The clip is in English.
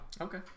Okay